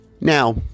Now